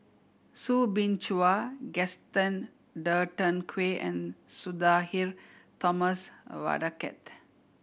Soo Bin Chua Gaston Dutronquoy and Sudhir Thomas Vadaketh